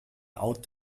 out